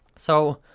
so,